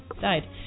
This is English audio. died